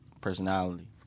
personality